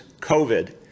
COVID